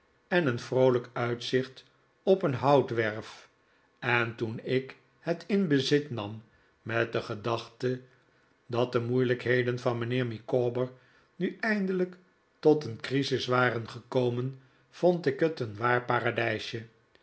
en een vroolijk uitzicht op een houtwerf en toen ik het in bezit nam met de gedachte dat de moeilijkheden van mijnheer micawber nu eindelijk tot een crisis waren gekomen vond ik het een waar paradijsje